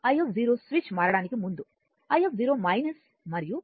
ఇది i switch మారడానికి ముందు i మరియు